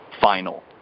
final